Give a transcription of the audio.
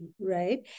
right